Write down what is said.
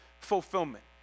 fulfillment